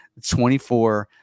24